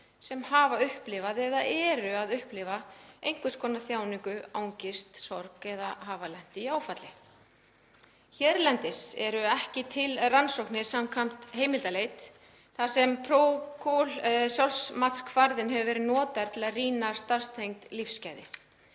sem hafa upplifað eða eru að upplifa einhvers konar þjáningu, angist eða sorg og/eða hafa lent í áfalli. Hérlendis eru ekki til rannsóknir, samkvæmt heimildaleit, þar sem ProQOL-sjálfsmatskvarðinn hefur verið notaður til að rýna í starfstengd lífsgæði.